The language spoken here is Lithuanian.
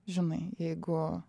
žinai jeigu